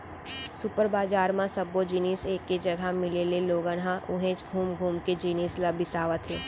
super बजार म सब्बो जिनिस एके जघा मिले ले लोगन ह उहेंच घुम घुम के जिनिस ल बिसावत हे